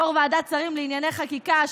יו"ר ועדת השרים לענייני חקיקה,